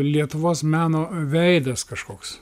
lietuvos meno veidas kažkoks